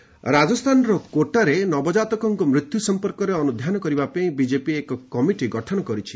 BJP committee ରାଜସ୍ଥାନର କୋଟାରେ ନବଜାତକଙ୍କ ମୃତ୍ୟୁ ସମ୍ପର୍କରେ ଅନୁଧ୍ୟାନ କରିବା ପାଇଁ ବିଜେପି ଏକ କମିଟି ଗଠନ କରିଛି